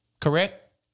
correct